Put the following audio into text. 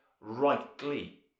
rightly